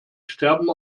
sterben